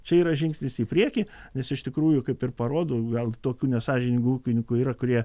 čia yra žingsnis į priekį nes iš tikrųjų kaip ir parodo gal tokių nesąžiningų ūkininkų yra kurie